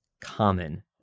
common